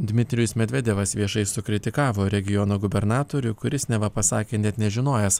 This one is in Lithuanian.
dmitrijus medvedevas viešai sukritikavo regiono gubernatorių kuris neva pasakė net nežinojęs